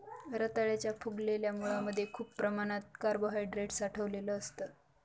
रताळ्याच्या फुगलेल्या मुळांमध्ये खूप प्रमाणात कार्बोहायड्रेट साठलेलं असतं